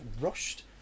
Rushed